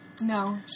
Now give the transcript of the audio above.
No